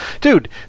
dude